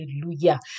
Hallelujah